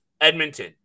Edmonton